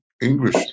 English